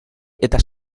eta